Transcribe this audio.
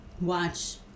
watch